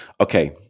okay